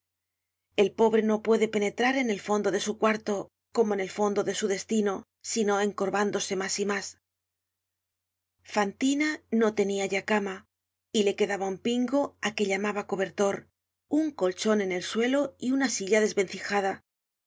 el pobre no puede penetrar en el fondo de su cuarto como en el fondo de su destino sino encorvándose mas y mas fantina no tenia ya cama y le quedaba un pingo á que llamaba cobertor un colchon en el suelo y una silla desvencijada